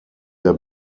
der